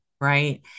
right